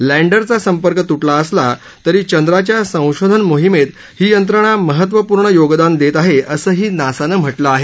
लँडरचा संपर्क तुटला असला तरी चंद्राच्या संशोधन अभियानात ही यंत्रणा महत्त्वपूर्ण योगदान देत आहे असंही नासानं म्हटलं आहे